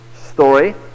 story